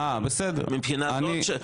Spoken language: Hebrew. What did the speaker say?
מהבחינה הזאת,